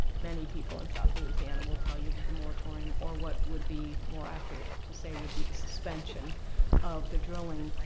many people in south louisiana will tell you that the moratorium, or what would be more accurate to say would be the suspension of the drilling,